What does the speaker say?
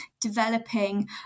developing